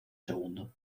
segundo